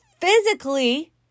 physically